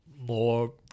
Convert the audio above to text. more